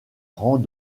rangs